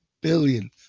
billion